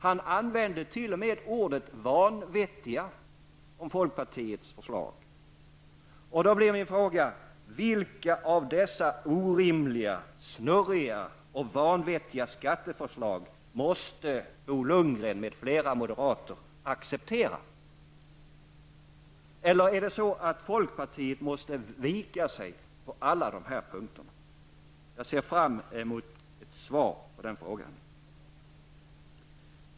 Han använde t.o.m. ordet ''vanvettiga'' om folkpartiets förslag. Då blir min fråga: Vilka av dessa orimliga, snurriga och vanvettiga skatteförslag måste Bo Lundgren m.fl. moderater acceptera? Eller måste folkpartiet vika sig på alla dessa punkter? Jag ser fram emot ett svar på den frågan.